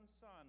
Son